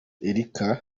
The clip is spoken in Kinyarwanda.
erica